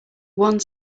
one